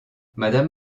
madame